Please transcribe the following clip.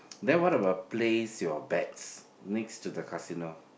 then what about placed you bets next to the casino